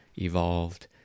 evolved